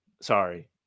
Sorry